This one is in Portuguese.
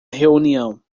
reunião